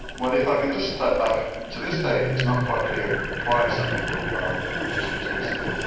well if i can just step back to this day it's not quite clear why some people are resistant to insulin.